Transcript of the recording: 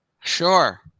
Sure